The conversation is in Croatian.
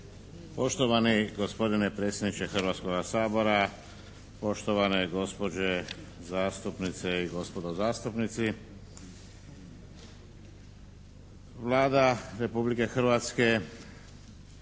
Poštovani gospodine predsjedniče Hrvatskoga sabora, poštovane gospođe zastupnice i gospodo zastupnici Vlada Republike Hrvatske